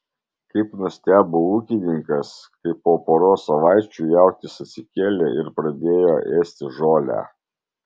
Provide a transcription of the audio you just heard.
kaip nustebo ūkininkas kai po poros savaičių jautis atsikėlė ir pradėjo ėsti žolę